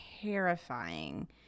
terrifying